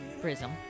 prism